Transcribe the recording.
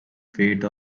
fate